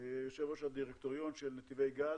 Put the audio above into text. יושב-ראש הדירקטוריון של נתיבי גז,